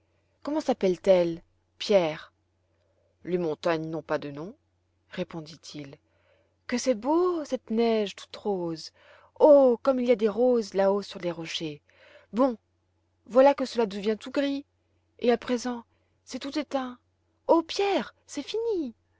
comment sappellent elles pierre les montagnes n'ont pas de noms répondit-il que c'est beau cette neige toute rose oh comme il y a des roses là-haut sur les rochers bon voilà que cela devient tout gris et à présent c'est tout éteint oh pierre c'est fini